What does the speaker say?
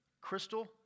Crystal